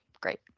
great